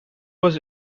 was